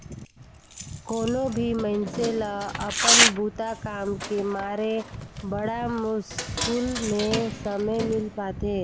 कोनो भी मइनसे ल अपन बूता काम के मारे बड़ा मुस्कुल में समे मिल पाथें